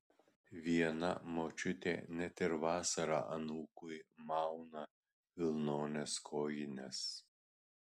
viena močiutė net ir vasarą anūkui mauna vilnones kojines